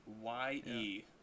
y-e